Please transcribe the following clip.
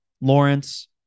Lawrence